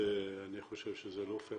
אני חושב שזה לא פייר